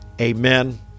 Amen